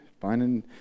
finding